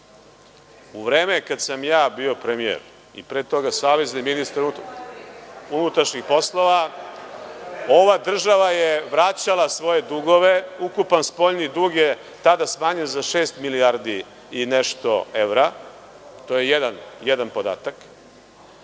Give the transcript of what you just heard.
u vreme kada sam ja bio premijer i pre toga savezni ministar unutrašnjih poslova ova država je vraćala svoje dugove. Ukupan spoljni dug je tada smanjen za šest milijardi i nešto evra, to je jedan podatak.